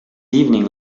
evening